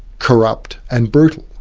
corrupt and brutal.